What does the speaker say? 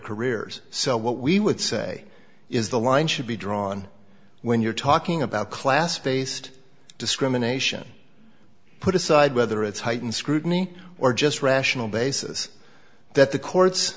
careers so what we would say is the line should be drawn when you're talking about class based discrimination put aside whether it's heightened scrutiny or just rational basis that the courts